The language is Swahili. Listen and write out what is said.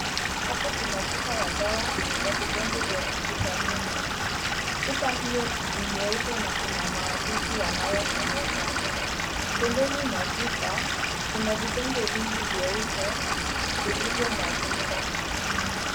Hapa kuna chupa ya dawa ya vidonge vya vitamini. Chupa hiyo ni nyeupe na ina maandishi yanayosomeka. Pembeni mwa chupa, kuna vidonge vingi vyeupe, vilivyomwagika.